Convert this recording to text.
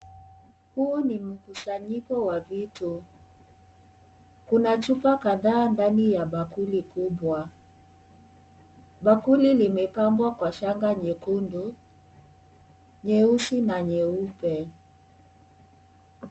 Huu ni mkusanyiko wa vitu. kuna chupa kadha ndani ya bakuli kubwa .bakuli limepambwa na shanga nyekundu nyeusi na nyeupe.